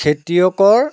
খেতিয়কৰ